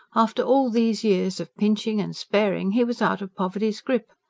after all these years of pinching and sparing he was out of poverty's grip.